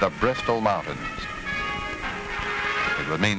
the breastbone mountain remain